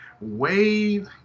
Wave